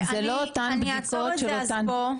זה לא אותן בדיקות --- אני אעצור פה.